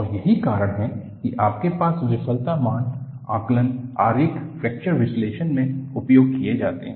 और यही कारण है कि आपके पास विफलता मान आंकलन आरेख फ्रैक्चर विश्लेषण में उपयोग किए जाते हैं